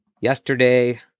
yesterday